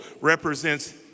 represents